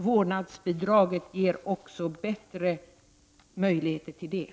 Vårdnadsbidraget ger också bättre möjligheter till detta.